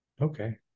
Okay